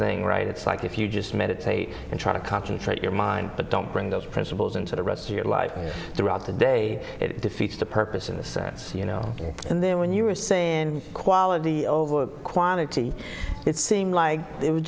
thing right it's like if you just meditate and try to concentrate your mind but don't bring those principles into the rest of your life and throughout the day it defeats the purpose in the sense you know and then when you were saying quality over quantity it seemed like